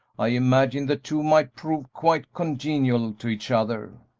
i imagine the two might prove quite congenial to each other.